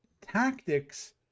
tactics